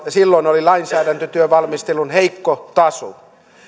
silloin oli lainsäädäntötyön valmistelun heikko taso